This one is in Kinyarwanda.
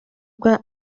bwa